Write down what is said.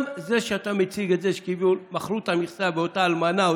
גם זה שאתה מציג את זה כאילו מכרו את המכסה ואותה אלמנה,